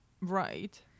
right